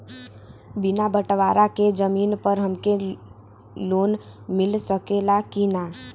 बिना बटवारा के जमीन पर हमके लोन मिल सकेला की ना?